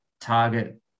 target